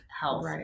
health